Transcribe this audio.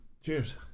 Cheers